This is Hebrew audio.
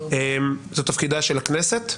זה תפקידה של הכנסת,